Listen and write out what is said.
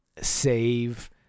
save